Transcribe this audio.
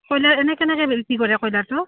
কইলাৰ এনে কেনেকে বিক্ৰী কৰে কইলাৰটো